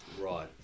Right